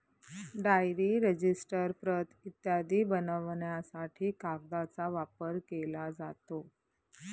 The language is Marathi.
डायरी, रजिस्टर, प्रत इत्यादी बनवण्यासाठी कागदाचा वापर केला जातो